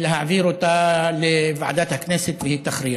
ולהעביר אותה לוועדת הכנסת, והיא תכריע.